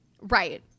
Right